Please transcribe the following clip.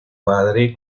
padre